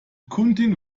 kundin